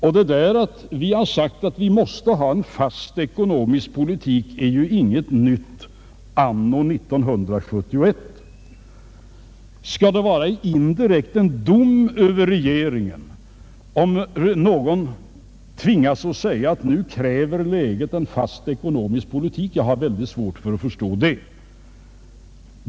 Och att vi har sagt att vi måste ha en fast ekonomisk politik är ju inget nytt anno 1971. Skall det vara indirekt en dom över regeringen om någon tvingas säga, att nu kräver läget en fast ekonomisk politik? Jag har väldigt svårt att förstå det.